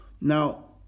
Now